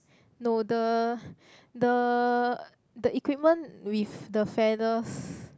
no the the the equipment with the feathers